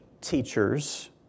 teachers